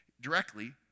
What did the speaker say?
directly